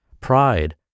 pride